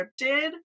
scripted